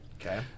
Okay